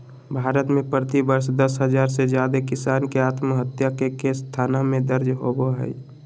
भारत में प्रति वर्ष दस हजार से जादे किसान के आत्महत्या के केस थाना में दर्ज होबो हई